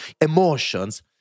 emotions